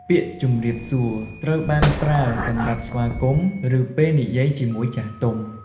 ពាក្យ "ជំរាបសួរ" ត្រូវបានប្រើសម្រាប់ស្វាគមន៍ ឬពេលនិយាយជាមួយចាស់ទុំ។